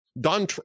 Don